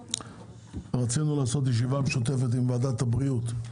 ביקשנו לקיים ישיבה משותפת עם ועדת הבריאות,